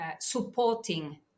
supporting